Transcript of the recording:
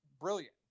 brilliant